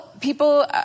people